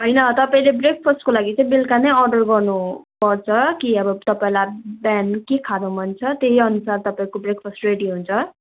होइन तपाईँले ब्रेकफास्टको लागि चाहिँ बेलुका नै अर्डर गर्नुपर्छ कि अब तपाईँलाई बिहान के खानु मन छ त्यहीअनुसार तपाईँको ब्रेकफास्ट रेडी हुन्छ